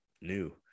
new